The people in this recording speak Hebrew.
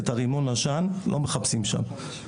לא מחפשים שם.